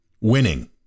Winning